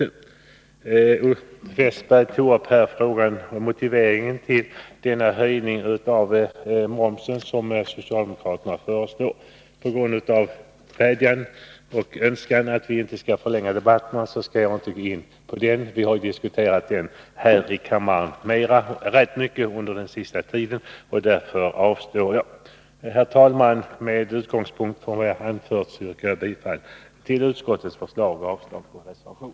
Olle Westberg tog upp frågan om motiveringen till den höjning av momsen som socialdemokraterna föreslår. På grund av den vädjan som framförts om att vi inte skall förlänga debatterna går jag inte in på den saken. Den har ju diskuterats rätt mycket här i kammaren den senaste tiden. Herr talman! Med utgångspunkt i vad jag anfört yrkar jag bifall till utskottets förslag och avslag på reservationen.